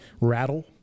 Rattle